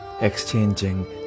exchanging